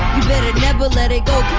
better never let it go.